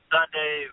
Sunday